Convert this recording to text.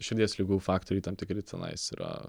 širdies ligų faktoriai tam tikri tenais yra